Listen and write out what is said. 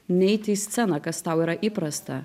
neiti į sceną kas tau yra įprasta